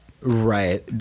right